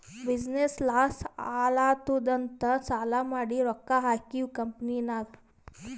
business loss ಆಲಾತ್ತುದ್ ಅಂತ್ ಸಾಲಾ ಮಾಡಿ ರೊಕ್ಕಾ ಹಾಕಿವ್ ಕಂಪನಿನಾಗ್